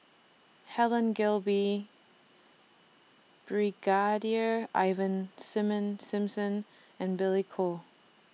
Helen Gilbey Brigadier Ivan Simon Simson and Billy Koh